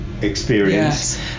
Experience